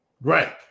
right